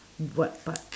what parts